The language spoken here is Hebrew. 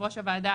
יושב-ראש הוועדה,